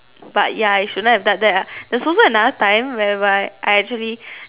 but ya I should not have done that lah there is also another time whereby I actually